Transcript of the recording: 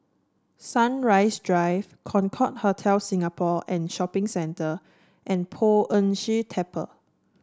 Sunrise Drive Concorde Hotel Singapore and Shopping Centre and Poh Ern Shih Temple